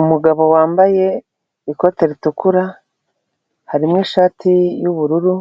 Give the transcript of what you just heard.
Umugabo wambaye ikote ritukura harimo ishati y'ubururu